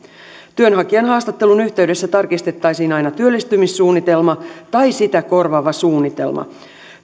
työnhakijan haastattelun yhteydessä tarkistettaisiin aina työllistymissuunnitelma tai sitä korvaava suunnitelma